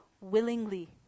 Willingly